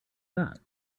that